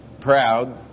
proud